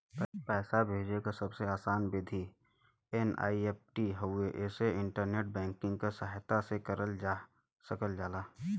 पैसा भेजे क सबसे आसान विधि एन.ई.एफ.टी हउवे एके इंटरनेट बैंकिंग क सहायता से करल जा सकल जाला